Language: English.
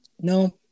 No